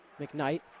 McKnight